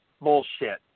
bullshit